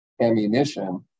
ammunition